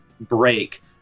break